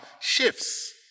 shifts